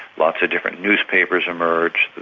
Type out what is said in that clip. lots of different newspapers emerged,